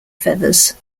feathers